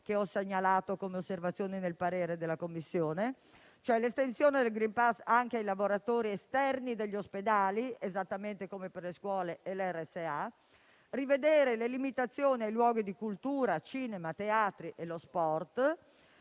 che ho segnalato come osservazioni nel parere della Commissione. Queste sono: l'estensione del *green pass* anche ai lavoratori esterni degli ospedali, esattamente come per le scuole e le RSA; rivedere le limitazioni per i luoghi di cultura, i cinema, i teatri e lo sport;